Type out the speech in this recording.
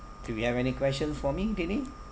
do you have any question for me dini